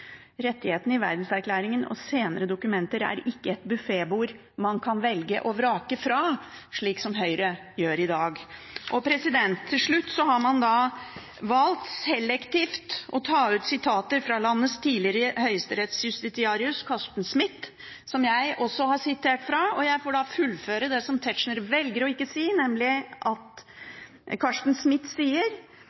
rettighetene i Verdenserklæringen og senere dokumenter ikke er et buffetbord man kan velge og vrake fra – slik som Høyre gjør i dag. Til slutt har man valgt selektivt å ta ut sitater fra landets tidligere høyesterettsjustitiarius Carsten Smith, som også jeg har sitert fra. Jeg vil fullføre det Carsten Smith sier, og som Tetzschner velger ikke å si, nemlig: «For det andre peker jeg på at